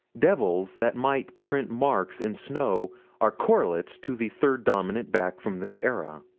devils that might print marks in snow are correlates to the third dominant back from this era.